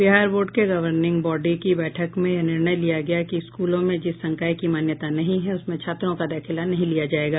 Bihar board के governing body की बैठक में यह निर्णय लिया गया कि स्कूलों में जिस संकाय की मान्यता नहीं है उसमें छात्रों का दाखिला नहीं लिया जायेगा